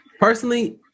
personally